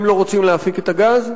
הם לא רוצים להפיק את הגז?